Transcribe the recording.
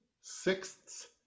sixths